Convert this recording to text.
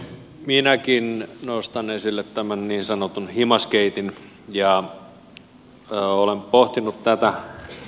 minäkin nostan esille tämän niin sanotun himasgaten ja olen pohtinut tätä